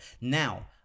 Now